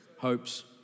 hopes